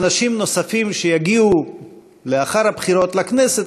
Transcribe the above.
אנשים נוספים שיגיעו לאחר הבחירות לכנסת,